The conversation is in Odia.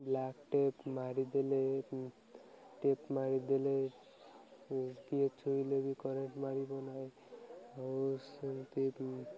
ବ୍ଲାକ୍ ଟେପ୍ ମାରିଦେଲେ ଟେପ୍ ମାରିଦେଲେ କିଏ ଛୁଇଁଲେ ବି କରେଣ୍ଟ ମାରିବ ନାଇଁ ଆଉ ସେମିତି